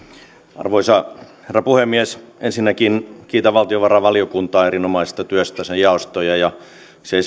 arvoisa herra puhemies ensinnäkin kiitän valtiovarainvaliokuntaa erinomaisesta työstä sen jaostoja ja sektorivaliokuntiakin se